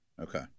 Okay